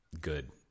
good